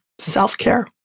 Self-care